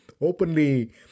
openly